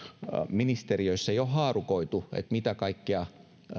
ministeriöissä jo haarukoitu mitä kaikkia